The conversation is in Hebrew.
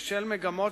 בשל מגמות